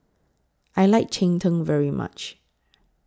I like Cheng Tng very much